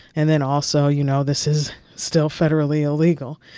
and then also, you know, this is still federally illegal.